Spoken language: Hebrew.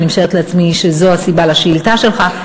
ואני משערת לעצמי שזו הסיבה לשאילתה שלך,